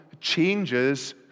changes